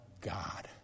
God